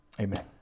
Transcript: Amen